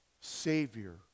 Savior